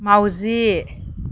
माउजि